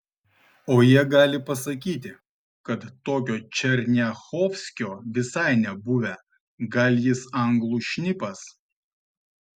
o jie gali pasakyti kad tokio černiachovskio visai nebuvę gal jis anglų šnipas